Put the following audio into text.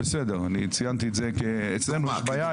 בסדר, ציינתי את זה כי אצלנו יש בעיה.